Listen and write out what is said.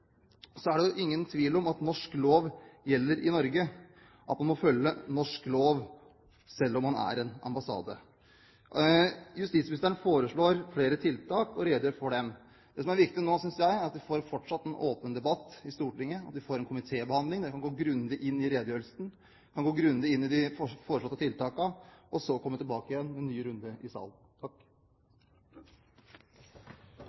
Det er ingen tvil om at norsk lov gjelder i Norge – at man må følge norsk lov selv om det er snakk om en ambassade. Justisministeren foreslår flere tiltak og redegjør for dem. Det som er viktig nå, synes jeg, er at vi fortsatt får en åpen debatt i Stortinget, og at vi får en komitébehandling. Der kan vi gå grundig inn i redegjørelsen og i de foreslåtte tiltakene, og så komme tilbake til det i en ny runde i salen. Takk